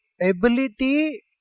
ability